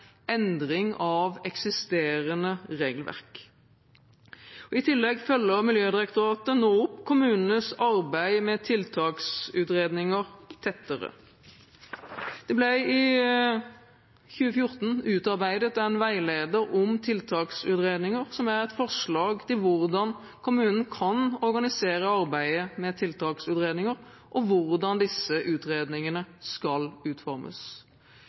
endring av eksisterende regelverk. I tillegg følger Miljødirektoratet nå opp kommunenes arbeid med tiltaksutredninger tettere. Det ble i 2014 utarbeidet en veileder om tiltaksutredninger, som er et forslag til hvordan kommunen kan organisere arbeidet med tiltaksutredninger, og hvordan disse utredningene skal utformes.